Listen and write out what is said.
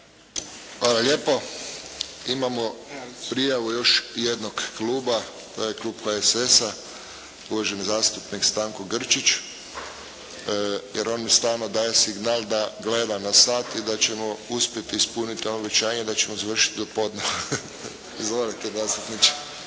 Hvala lijepo. Imamo prijavu još jednog kluba. To je klub HSS-a. Uvaženi zastupnik Stanko Grčić, jer on mi stalno daje signale da gleda na sat i da ćemo uspjeti ispuniti ono obećanje da ćemo završiti do podne. Izvolite zastupniče.